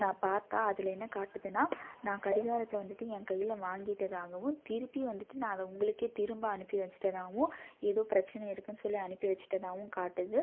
நான் பார்த்தா அதில் என்ன காட்டுதுனா நான் கடிகாரத்தை வந்துட்டு என் கையில் வாங்கிவிட்டதாகவும் திருப்பி வந்துட்டு நான் அதை உங்களுக்கே திரும்ப அனுப்பி வைச்சிட்டதாவும் ஏதோ பிரச்சனை இருக்குனு சொல்லி அனுப்பி வைச்சிட்டதாவும் காட்டுது